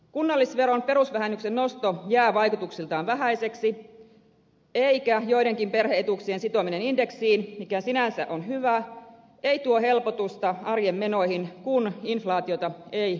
kunnallisveron perusvähennyksen nosto jää vaikutuksiltaan vähäiseksi eikä joidenkin perhe etuuksien sitominen indeksiin mikä sinänsä on hyvä tuo helpotusta arjen menoihin kun inflaatiota ei juuri ole